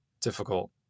difficult